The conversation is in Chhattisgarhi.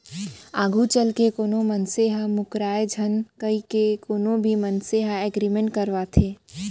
आघू चलके कोनो मनसे ह मूकरय झन कहिके कोनो भी मनसे ह एग्रीमेंट करवाथे